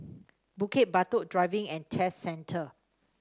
Bukit Batok Driving And Test Centre